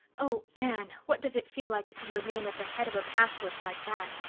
oh, anne, what does it feel like to see your name at the head of a pass list like that?